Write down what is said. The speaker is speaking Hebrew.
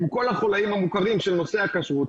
עם כל החוליים המוכרים של נושא הכשרות